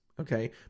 Okay